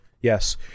yes